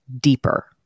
deeper